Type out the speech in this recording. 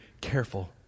careful